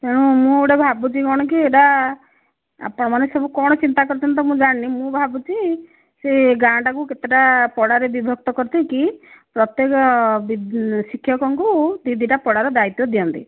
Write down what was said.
ତେଣୁ ମୁଁ ଗୋଟେ ଭାବୁଛି କ'ଣ କି ଏଇଟା ଆପଣମାନେ ସବୁ କ'ଣ ଚିନ୍ତା କରୁଛନ୍ତି ମୁଁ ତ ଜାଣିନି ମୁଁ ଭାବୁଛି ସେ ଗାଁ ଟାକୁ କେତେଟା ପଡ଼ାରେ ବିଭକ୍ତ କରିଦେଇକି ପ୍ରତ୍ୟେକ ଶିକ୍ଷକଙ୍କୁ ଦୁଇ ଦୁଇଟା ପଡ଼ାର ଦାୟିତ୍ୱ ଦିଅନ୍ତେ